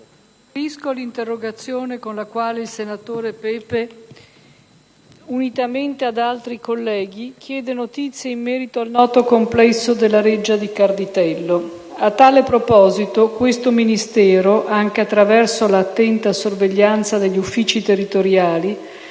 A tale proposito, questo Ministero, anche attraverso l'attenta sorveglianza degli uffici territoriali,